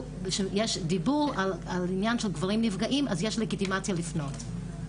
שיש דיבור על העניין של גברים נפגעים אז יש לגיטימציה לפנות.